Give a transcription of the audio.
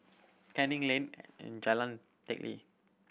Canning Lane Jalan Teck Lee